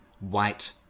white